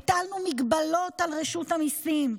הטלנו הגבלות על רשות המיסים,